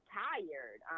tired